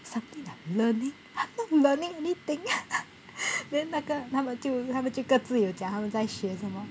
something that I'm learning I'm not learning anything then 那个他们就他们各自有讲他们在学什么